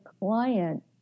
client